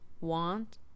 want